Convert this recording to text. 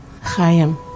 Chaim